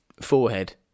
Forehead